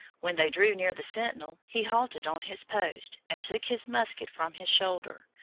when they drew near the sentinel, he halted on his post, and took his musket from his shoulder,